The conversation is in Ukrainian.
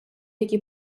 які